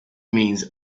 means